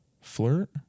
flirt